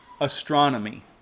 Astronomy